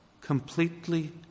completely